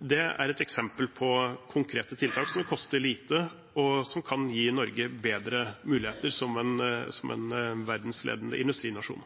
Det er et eksempel på konkrete tiltak som koster lite, og som kan gi Norge bedre muligheter som en verdensledende industrinasjon.